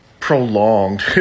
prolonged